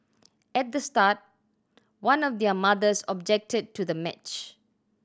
at the start one of their mothers objected to the match